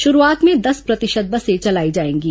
शुरूआत में दस प्रतिशत बसें चलाई जाएंगी